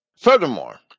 Furthermore